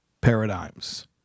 paradigms